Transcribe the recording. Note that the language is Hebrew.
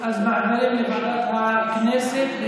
אז מעבירים לוועדת הכנסת.